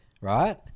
right